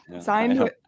signed